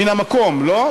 מן המקום, לא?